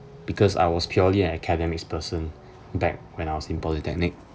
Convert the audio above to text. because I was purely an academic person back when I was in polytechnic